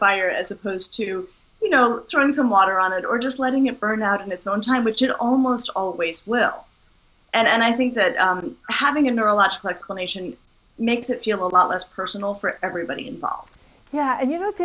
fire as opposed to you know turn some water on it or just letting it burn out in its own time which it almost always will and i think that having a neurological explanation makes it feel a lot less personal for everybody involved yeah and you know it's